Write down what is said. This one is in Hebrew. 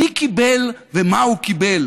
מי קיבל ומה הוא קיבל